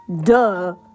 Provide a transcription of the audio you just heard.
Duh